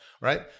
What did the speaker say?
right